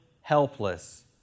helpless